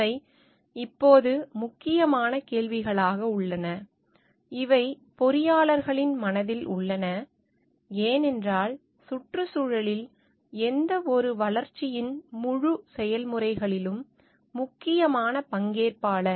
இவை இப்போது முக்கியமான கேள்விகளாக உள்ளன இவை பொறியாளர்களின் மனதில் உள்ளன ஏனென்றால் சுற்றுச்சூழலில் எந்தவொரு வளர்ச்சியின் முழு செயல்முறையிலும் முக்கியமான பங்கேற்பாளர்